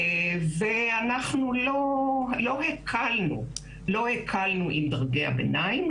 אנחנו לא הקלנו עם דרגי הביניים.